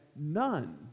none